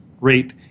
rate